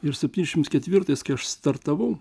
ir septyniasdešimt ketvirtiais kai aš startavau